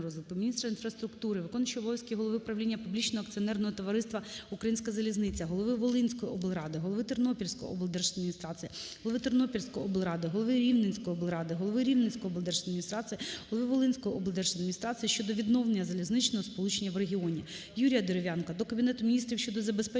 розвитку, міністра інфраструктури, виконуючого обов'язки Голови правління Публічного акціонерного товариства "Українська залізниця", голови Волинської облради, голови Тернопільської облдержадміністрації, голови Тернопільської облради, голови Рівненської облради, голови Рівненської облдержадміністрації, голови Волинської облдержадміністрації щодо відновлення залізничного сполучення у регіоні. Юрія Дерев'янка до Кабінету Міністрів щодо забезпечення